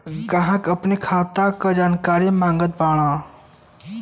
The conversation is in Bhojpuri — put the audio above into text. ग्राहक अपने खाते का जानकारी मागत बाणन?